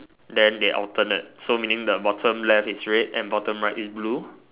then they alternate so meaning the bottom left is red and bottom right is blue